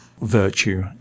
virtue